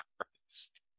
Christ